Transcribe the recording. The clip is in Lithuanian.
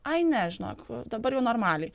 ai ne žinok dabar jau normaliai